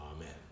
amen